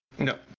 No